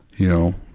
you know,